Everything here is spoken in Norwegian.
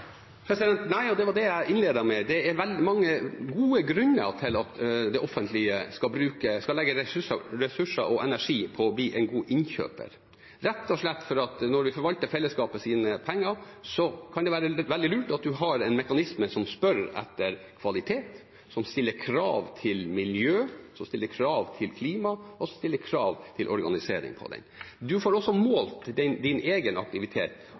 Nei – og det var det jeg innledet med. Det er mange gode grunner til at det offentlige skal legge ressurser og energi i å bli en god innkjøper – rett og slett fordi at når vi forvalter fellesskapets penger, kan det være veldig lurt at man har en mekanisme som spør etter kvalitet, som stiller krav til miljø, som stiller krav til klima, og som stiller krav til organiseringen av det. Man får også på den måten målt sin egen aktivitet